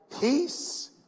peace